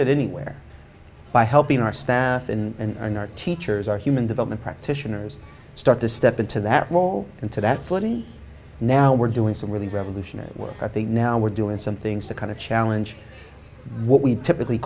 that anywhere by helping our staff in and our teachers our human development practitioners start to step into that role into that fully now we're doing some really revolutionary work i think now we're doing some things to kind of challenge what we typically